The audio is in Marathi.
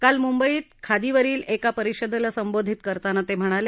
काल मुंबईत खादीवरील एक परिषदेला संबोधित करताना ते म्हणाले